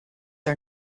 are